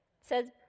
says